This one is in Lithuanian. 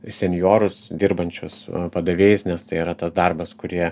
senjorus dirbančius padavėjais nes tai yra tas darbas kur jie